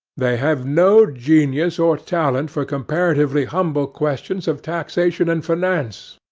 they have no genius or talent for comparatively humble questions of taxation and finance,